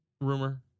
rumor